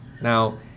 Now